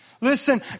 Listen